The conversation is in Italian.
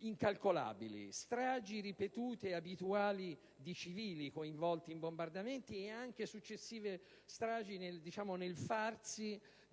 incalcolabili, stragi ripetute e abituali di civili coinvolti in bombardamenti e anche successive stragi nel corso